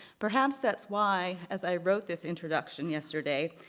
perhaps that's why, as i wrote this introduction yesterday,